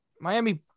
Miami